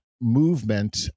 movement